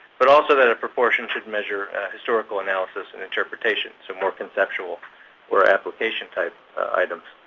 but also that a proportion should measure historical analysis and interpretation, so more conceptual or application-type items.